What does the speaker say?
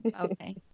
Okay